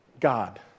God